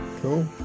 Cool